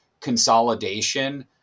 consolidation